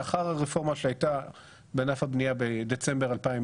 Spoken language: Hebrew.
לאחר הרפורמה שהייתה בענף הבנייה בדצמבר 2020